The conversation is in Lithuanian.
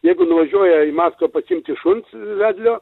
jeigu nuvažiuoja į maskvą pasiimti šuns vedlio